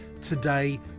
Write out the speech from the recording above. Today